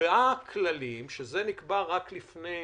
נקבעו כללים רק לפני